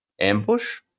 ambush